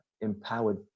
empowered